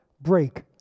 break